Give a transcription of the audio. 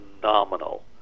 phenomenal